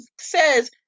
says